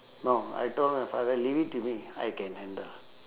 no I told my father leave it to me I can handle